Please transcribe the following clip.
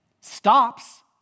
stops